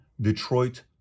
Detroit